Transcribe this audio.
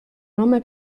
nome